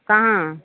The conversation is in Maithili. कहाँ